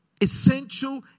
essential